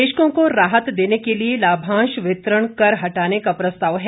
निवेशकों को राहत देने के लिए लाभांश वितरण कर हटाने का प्रस्ताव है